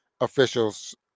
officials